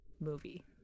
movie